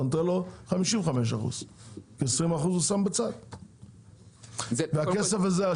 אתה נותן לו 55%. אם יש כישלון לעסק,